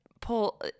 pull –